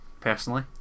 personally